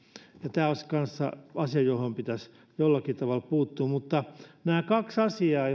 tämä olisi kanssa asia johon pitäisi jollakin tavalla puuttua nämä kaksi asiaa